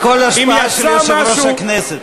הכול השפעה של יושב-ראש הכנסת,